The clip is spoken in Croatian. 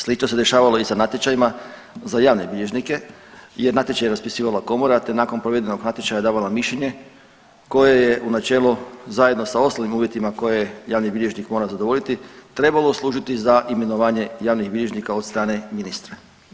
Slično se dešavalo i sa natječajima za javne bilježnike jer natječaj je raspisivala komora, te nakon provedenog natječaja davala mišljenje koje je u načelu zajedno sa ostalim uvjetima koje javni bilježnik mora zadovoljiti trebalo služiti za imenovanje javnih bilježnika od strane ministra.